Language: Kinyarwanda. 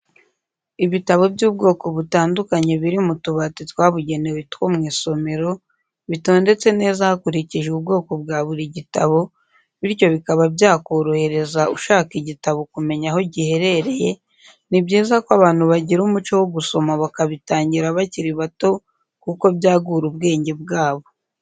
Ibitabo by'ubwoko butandukanye biri mu tubati twabugenewe two mu isomero, bitondetse neza hakurikijwe ubwo bwa buri gitabo bityo bikaba byakorohereza ushaka igitabo kumenya aho giherereye, ni byiza ko abantu bagira umuco wo gusoma bakabitangira bakiri bato kuko byagura ubwenge bwabo.